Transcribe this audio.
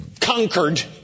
conquered